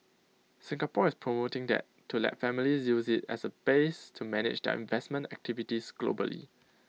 Singapore is promoting that to let families use IT as A base to manage their investment activities globally